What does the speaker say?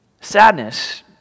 Sadness